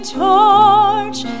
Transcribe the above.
torch